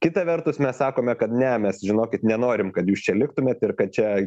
kita vertus mes sakome kad ne mes žinokit nenorim kad jūs čia liktumėt ir kad čia